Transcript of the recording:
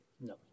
No